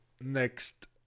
next